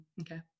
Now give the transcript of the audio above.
Okay